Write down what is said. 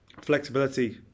flexibility